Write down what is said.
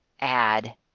add